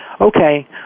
okay